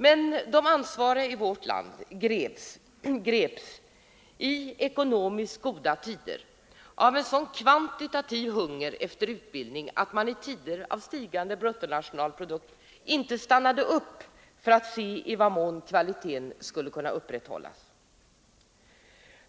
Men de ansvariga i vårt land greps under ekonomiskt goda tider av en sådan kvantitativ hunger efter utbildning att man i tider av stigande bruttonationalprodukt inte stannade upp för att se i vad mån kvaliteten skulle kunna upprätthållas.